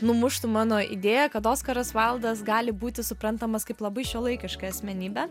numuštų mano idėją kad oskaras vaildas gali būti suprantamas kaip labai šiuolaikiška asmenybė